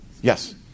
Yes